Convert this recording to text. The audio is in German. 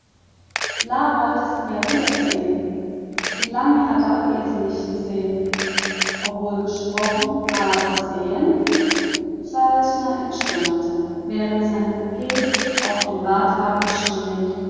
nähe war la wollte sie ja wieder sehen wie lange hatte auch er sie nicht gesehen obwohl gesprochen aber sehen saltner entschlummerte während sein coup auf dem radwagen stehend